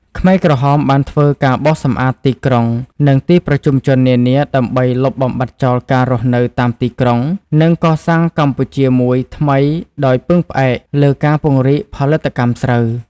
ខ្មែរក្រហមបានធ្វើការបោសសម្អាតទីក្រុង និងទីប្រជុំជននានា ដើម្បីលុបបំបាត់ចោលការរស់នៅតាមទីក្រុង និងកសាងកម្ពុជាមួយថ្មីដោយពឹងផ្អែកលើការពង្រីកផលិតកម្មស្រូវ ។